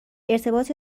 ارتباط